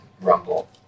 Rumble